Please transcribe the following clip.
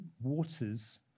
waters